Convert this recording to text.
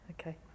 Okay